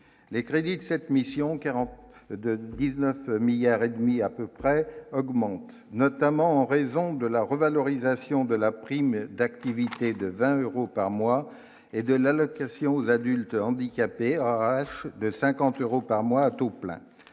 les crédits de cette mission 40 de 19 milliards et demi à peu près augmente, notamment en raison de la revalorisation de la prime d'activité de 20 euros par mois et de l'allocation aux adultes handicapés de 50 euros par mois à taux plein,